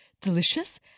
delicious